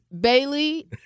Bailey